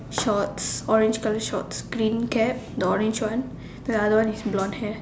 shorts orange colour shorts green cap the orange one the other one is blond hair